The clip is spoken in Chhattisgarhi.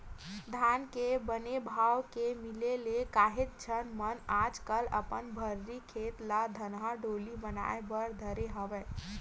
धान के बने भाव के मिले ले काहेच झन मन आजकल अपन भर्री खेत ल धनहा डोली बनाए बर धरे हवय